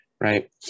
right